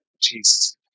Jesus